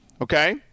okay